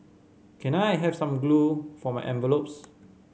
can I have some glue for my envelopes